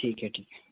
ठीक है ठीक है